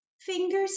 fingers